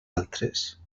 altres